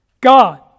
God